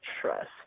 trust